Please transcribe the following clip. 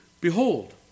behold